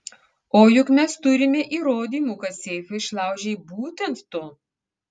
o juk mes turime įrodymų kad seifą išlaužei būtent tu